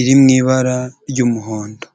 iri mu ibara ry'umuhondo.